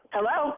Hello